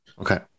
Okay